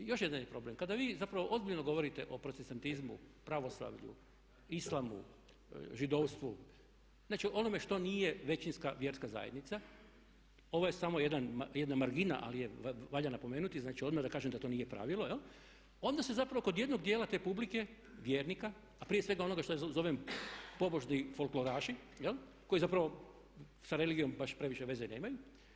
Još jedan je problem, kada vi zapravo ozbiljno govorite o protestanstvu pravoslavlju, islamu, židovstvu, znači onome što nije većinska vjerska zajednica, ovo je samo jedna margina ali je valja napomenuti, znači odmah da kažem da to nije pravilo, onda se zapravo kod jednog dijela te publike, vjernika, a prije svega onoga što ja zovem pobožni folkloraši koji zapravo sa religijom baš previše veze nemaju.